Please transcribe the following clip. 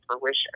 fruition